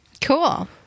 Cool